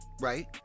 Right